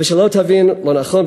ושלא תבין לא נכון,